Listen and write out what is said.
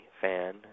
fan